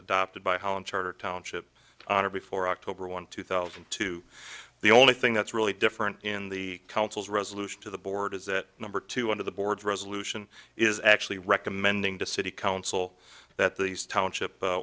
adopted by hauen charter township on or before october one two thousand and two the only thing that's really different in the council's resolution to the board is that number two under the board resolution is actually recommending to city council that these township